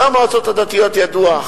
נושא המועצות הדתיות ידוע.